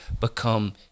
become